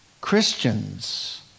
Christians